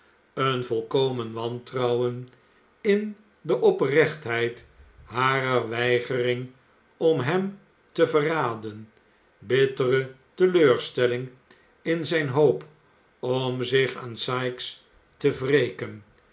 een volkomen wantrouwen in de oprechtheid harer weigering om hem te verraden bittere teleurstelling in zijne hoop om zich aan sikes te